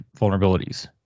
vulnerabilities